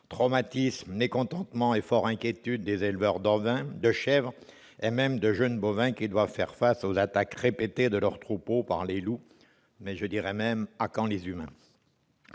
traumatismes, mécontentements et fortes inquiétudes des éleveurs d'ovins, de chèvres et même de jeunes bovins, qui doivent faire face aux attaques répétées de leurs troupeaux par les loups. À quand les humains ?